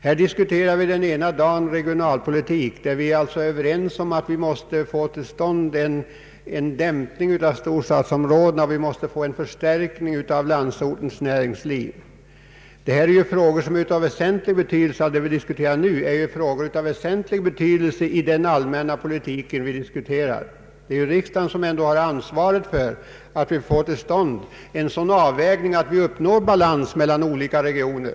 Här diskuterar vi regionalpolitik och är överens om att försöka få till stånd en dämpning av tillväxten i storstadsområdena och en förstärkning av landsortens näringsliv. Den fråga vi nu behandlar har väsentlig betydelse i de sammanhangen. Det är ändå riksdagen som har ansvaret för att försöka få till stånd en sådan avvägning att vi uppnår balans mellan olika regioner.